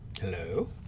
hello